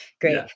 great